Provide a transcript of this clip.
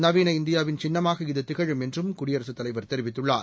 நவீன இந்தியாவின் சின்னமாக இது திகமும் என்றும் குடியரசுத் தலைவர் தெரிவித்துள்ளார்